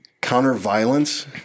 counter-violence